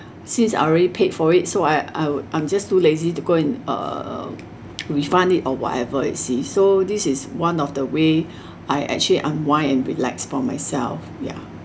since I already paid for it so I I I'm just too lazy to go and uh refund it or whatever you see so this is one of the way I actually unwind and relax for myself ya